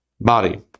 Body